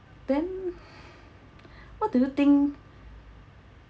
then what do you think